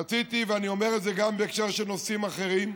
רציתי, אני אומר את זה גם בהקשר לנושאים אחרים: